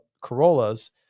Corollas